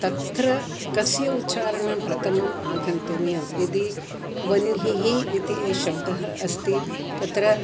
तत्र कस्य उच्चारणं प्रथमं आगन्तव्यं यदि वन्हिः इति शब्दः अस्ति तत्र